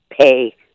pay